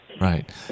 Right